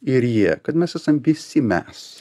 ir jie kad mes esam visi mes